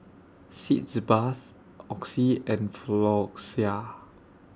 Sitz Bath Oxy and Floxia